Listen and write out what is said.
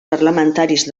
parlamentaris